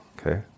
Okay